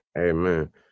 Amen